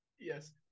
yes